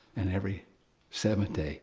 and every seventh day,